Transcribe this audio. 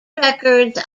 records